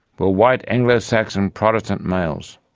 were white, anglo-saxon, protestant males.